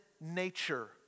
nature